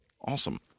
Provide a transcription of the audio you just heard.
Awesome